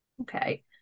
Okay